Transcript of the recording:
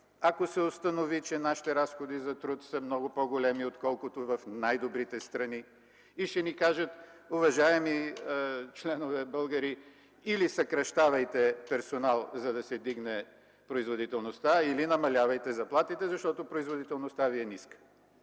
ако се установи, че нашите разходи за труд са много по-големи, отколкото в най-добрите страни, и ще ни кажат: уважаеми членове българи, или съкращавайте персонал, за да се вдигне производителността, или намалявайте заплатите, защото производителността ви е ниска.